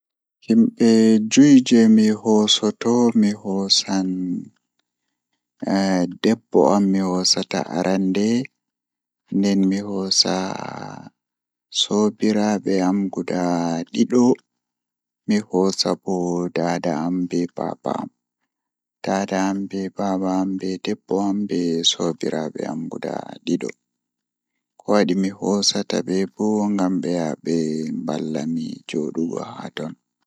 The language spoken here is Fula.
Mi waɗa waɗde ko waɗde labbi naange, ko feere eɓe kaŋko ngoodi njamaande heewta. Ko mi heɓi jooɗi e makko no waawi ngoodi e jannaaji e hoore ɗuum. Ko miɗo waɗde, miɗo faami ɗum ɓuri e waɗde hoore ngoodi.